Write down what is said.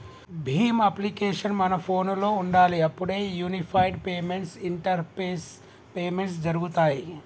Bhim application మన ఫోనులో ఉండాలి అప్పుడే యూనిఫైడ్ పేమెంట్స్ ఇంటరపేస్ పేమెంట్స్ జరుగుతాయ్